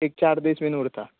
एक चार दीस बी उरतां